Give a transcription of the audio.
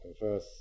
verse